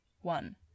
One